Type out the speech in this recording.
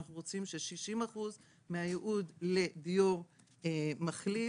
אנחנו רוצים ש-60% מהייעוד לדיור מכליל,